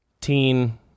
teen